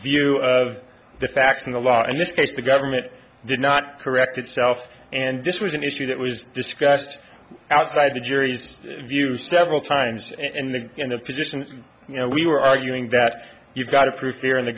view of the facts and the law in this case the government did not correct itself and this was an issue that was discussed outside the jury's view several times and then in the position you know we were arguing that you've got a proof here and the